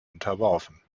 unterworfen